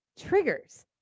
triggers